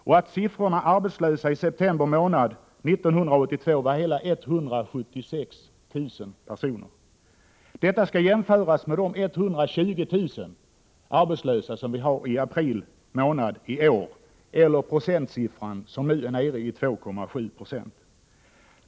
— och att antalet arbetslösa i september månad 1982 var hela 176 000 personer. Detta skall jämföras med de 120 000 personer — eller 2,7 96, som siffran nu är nere i — som var arbetslösa i april månad i år.